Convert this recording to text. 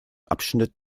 abschnitt